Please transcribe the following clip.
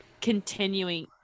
continuing